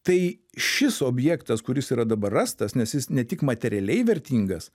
tai šis objektas kuris yra dabar rastas nes jis ne tik materialiai vertingas